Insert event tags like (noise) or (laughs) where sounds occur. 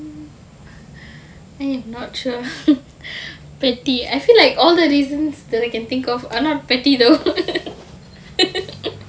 mm not sure petty I feel like all the reasons that I can think of are not petty though (laughs)